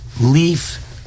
leaf